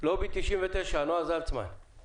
לובי 99. שלום.